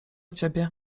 ciebie